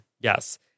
Yes